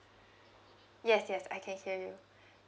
yes yes I can hear you